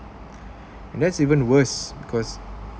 and that's even worst because